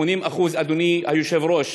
אדוני היושב-ראש,